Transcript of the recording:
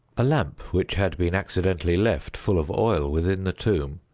a lamp which had been accidentally left, full of oil, within the tomb,